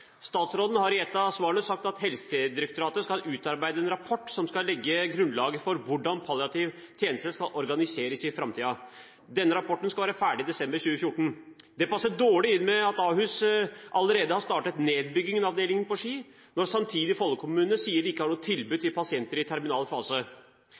Statsråden har i ett av svarene sagt at Helsedirektoratet skal utarbeide en rapport som skal legge grunnlaget for hvordan palliativ tjeneste skal organiseres i framtiden. Denne rapporten skal være ferdig i desember 2014. Det passer dårlig med at Ahus allerede har startet nedbyggingen av avdelingen i Ski, og at Follo kommune samtidig sier at de ikke har noe tilbud